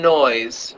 noise